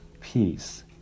peace